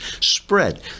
spread